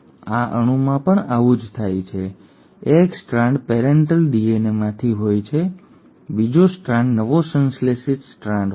આ અણુમાં પણ આવું જ થાય છે એક સ્ટ્રાન્ડ પેરેન્ટલ ડીએનએમાંથી હોય છે બીજો સ્ટ્રાન્ડ નવો સંશ્લેષિત સ્ટ્રાન્ડ હોય છે